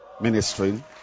ministering